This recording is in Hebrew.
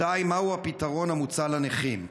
2. מהו הפתרון המוצע לנכים?